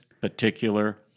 particular